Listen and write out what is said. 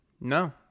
no